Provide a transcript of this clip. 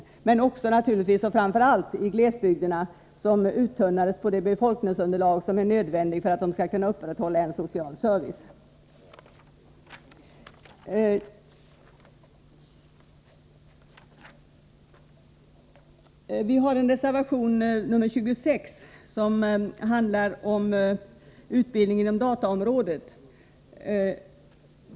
Framför allt drabbades naturligtvis glesbygderna, vilkas befolkningsunderlag tunnades ut, det befolkningsunderlag som är nödvändigt för att en social service skall kunna upprätthållas. Vår reservation 26 handlar om utbildningen inom dataområdet.